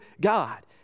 God